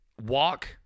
walk